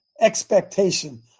expectation